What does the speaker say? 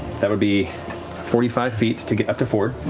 that would be forty five feet to get up to fjord.